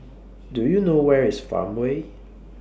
Do YOU know Where IS Farmway